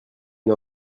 une